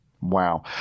Wow